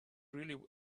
really